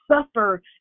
suffer